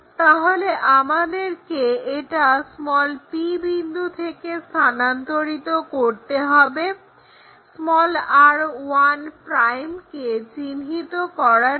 তাহলে আমাদেরকে এটা p বিন্দু থেকে স্থানান্তরিত করতে হবে r1' কে চিহ্নিত করবার জন্য